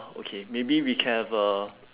okay maybe we can have a